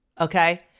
Okay